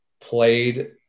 played